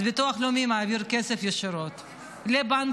אז ביטוח לאומי מעביר כסף ישירות לבנקים,